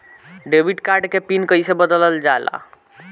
Debit card के PIN कईसे बदलल जाला?